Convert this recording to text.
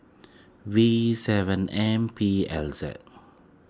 V seven M P L Z